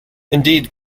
indeed